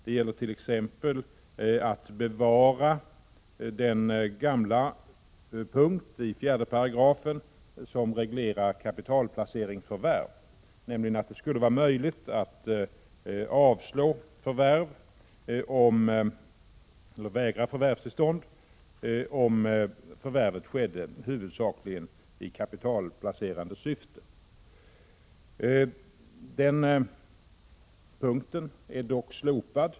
Vi vill t.ex. bevara den gamla punkten i 4 §, som reglerar kapitalplaceringsförvärv och som går ut på att det skall vara möjligt att förvägra förvärvstillstånd om förvärvet i huvudsak sker i kapitalplacerande syfte. Den punkten är dock slopad.